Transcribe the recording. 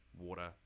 water